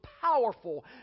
powerful